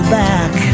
back